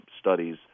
studies